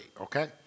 okay